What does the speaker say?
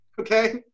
okay